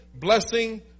Blessing